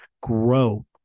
grow